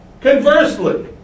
Conversely